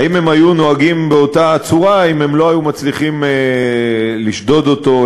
האם הם היו נוהגים באותה צורה אם לא היו מצליחים לשדוד אותו,